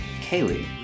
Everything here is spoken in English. Kaylee